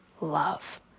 love